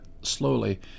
slowly